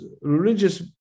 religious